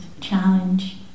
challenge